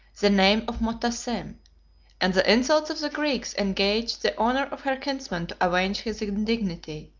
the name of motassem and the insults of the greeks engaged the honor of her kinsman to avenge his indignity,